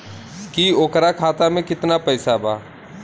की ओकरा खाता मे कितना पैसा बा?